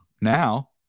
Now